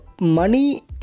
money